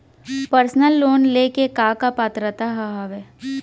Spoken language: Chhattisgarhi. पर्सनल लोन ले के का का पात्रता का हवय?